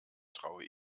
traue